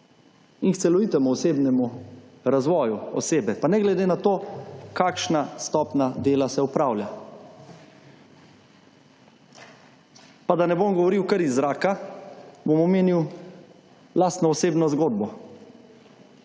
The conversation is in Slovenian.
k celovitemu osebnemu razvoju osebe, pa ne glede na to, kakšna stopnja dela se opravlja. Pa da ne bom govoril kar iz zraka, bom omenil lastno osebno zgodbo.